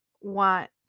want